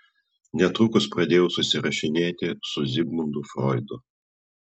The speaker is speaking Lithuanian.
netrukus pradėjau susirašinėti su zigmundu froidu